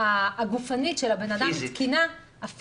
הפיזית של האדם תקינה,